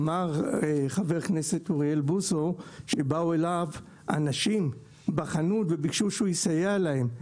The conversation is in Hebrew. אמר חבר כנסת אוריאל בוסו שבאו אליו אנשים בחנות וביקשו שהוא יסייע להם,